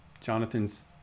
Jonathan's